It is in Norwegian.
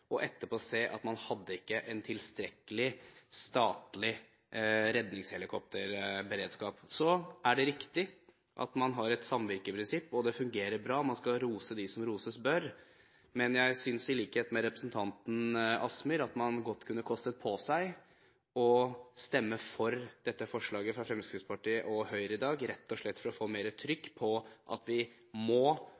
og etterpå se at man ikke hadde en tilstrekkelig statlig redningshelikopterberedskap. Så er det riktig at man har et samvirkeprinsipp, og det fungerer bra – man skal rose dem som roses bør. Men jeg synes i likhet med representanten Kielland Asmyhr at man godt kunne kostet på seg å stemme for dette forslaget fra Fremskrittspartiet og Høyre i dag, rett og slett for å få